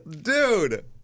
dude